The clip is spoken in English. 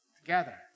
together